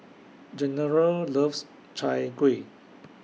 General loves Chai Kueh